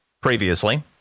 previously